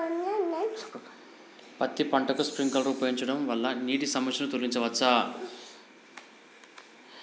పత్తి పంటకు స్ప్రింక్లర్లు ఉపయోగించడం వల్ల నీటి సమస్యను తొలగించవచ్చా?